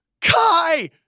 Kai